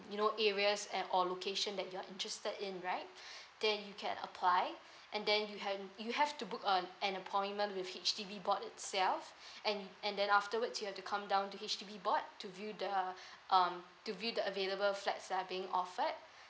you know areas and or location that you're interested in right then you can apply and then you have you have to book a an appointment with H_D_B board itself and and then afterwards you have to come down to H_D_B board to view the um to view the available flats that are being offered